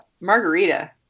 margarita